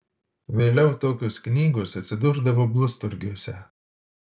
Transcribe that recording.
vėliau tokios knygos atsidurdavo blusturgiuose